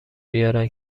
بیارن